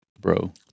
Bro